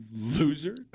loser